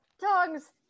Tongs